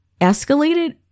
escalated